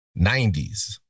90s